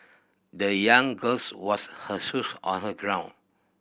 the young girls washed her shoes on her grown